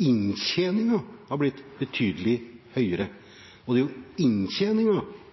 Inntjeningen har blitt betydelig høyere. Det man eventuelt måtte tape på annet fiske, skal man kompenseres for. Og når inntjeningen har blitt så stor på kongekrabbe, er